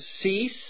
cease